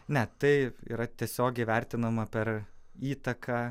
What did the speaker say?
ne tai yra tiesiogiai vertinama per įtaką